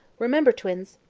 remember, twins!